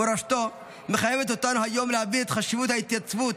מורשתו מחייבת אותנו היום להביא את חשיבות ההתייצבות,